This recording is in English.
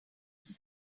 time